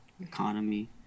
economy